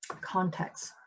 context